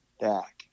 back